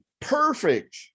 perfect